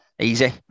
easy